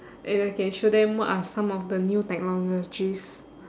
and I can show them what are some of the new technologies